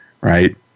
right